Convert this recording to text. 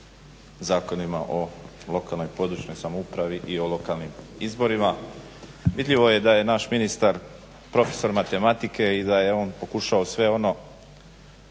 zakonima o lokalnoj i područnoj samoupravi i o lokalnim izborima. Vidljivo je da je naš ministar profesor matematike i da je on pokušao sve ono